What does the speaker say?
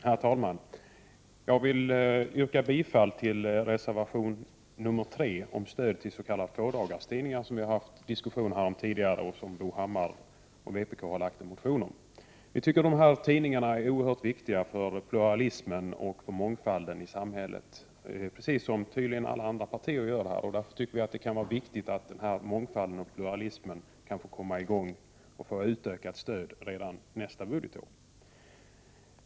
Herr talman! Jag vill yrka bifall till reservation 3 om stöd till s.k. tvådagarstidningar, som vi har haft diskussion om här tidigare och som Bo Hammar och vpk har väckt en motion om. Jag tycker att dessa tidningar är oerhört viktiga för pluralismen och mångfalden i samhället, precis som tydligen alla andra partier här anser. Därför tycker vi att det är viktigt att mångfalden och pluralismen kan få komma i gång och få utökat stöd redan nästa budgetår.